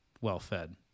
well-fed